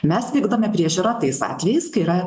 mes vykdome priežiūrą tais atvejais kai yra